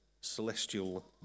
celestial